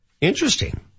Interesting